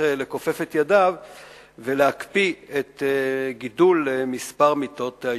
לכופף את ידיו ולהקפיא את גידול מספר מיטות האשפוז.